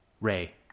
Ray